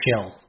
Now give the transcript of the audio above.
chill